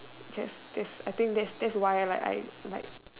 just just I think that's why I like